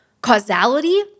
causality